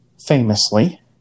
Famously